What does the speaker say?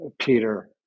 Peter